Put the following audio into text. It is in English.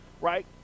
right